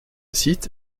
site